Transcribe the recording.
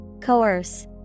Coerce